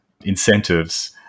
incentives